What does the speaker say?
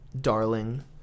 Darling